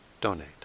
donate